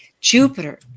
Jupiter